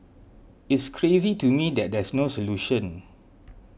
it's crazy to me that there's no solution